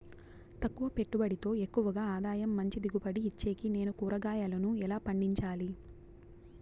తక్కువ పెట్టుబడితో ఎక్కువగా ఆదాయం మంచి దిగుబడి ఇచ్చేకి నేను కూరగాయలను ఎలా పండించాలి?